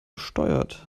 steuert